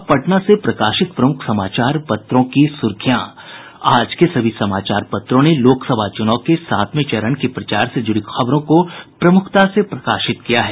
अब पटना से प्रकाशित प्रमुख समाचार पत्रों की सुर्खियां आज के सभी समाचार पत्रों ने लोकसभा चुनाव के सातवें चरण के प्रचार से जुड़ी खबरों को प्रमुखता से प्रकाशित किया है